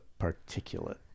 particulate